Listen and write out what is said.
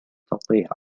تطير